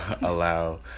allow